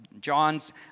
John's